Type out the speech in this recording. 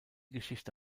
geschichte